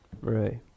right